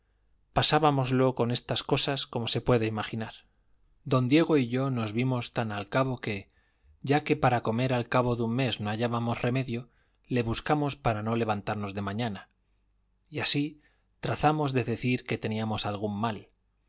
pernil pasábamoslo con estas cosas como se puede imaginar don diego y yo nos vimos tan al cabo que ya que para comer al cabo de un mes no hallábamos remedio le buscamos para no levantarnos de mañana y así trazamos de decir que teníamos algún mal